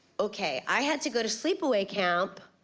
okay, i had to go to sleepaway camp.